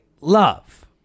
love